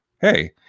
hey